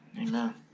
Amen